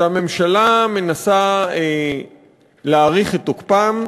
שהממשלה מנסה להאריך את תוקפו,